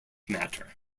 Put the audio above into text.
matter